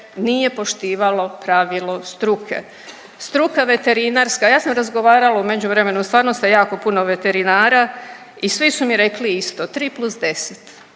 nije poštivalo pravilo struke. Struka veterinarska, ja sam razgovarala u međuvremenu stvarno sa jako puno veterinara i svi su mi rekli isto tri plus